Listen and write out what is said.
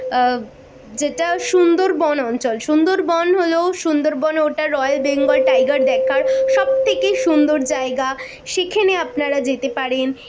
যেটা সুন্দরবন অঞ্চল সুন্দরবন হলো সুন্দরবন ওটা রয়েল বেঙ্গল টাইগার দেখার সবথেকে সুন্দর জায়গা সেখানে আপনারা যেতে পারেন